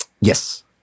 Yes